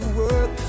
work